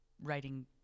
writing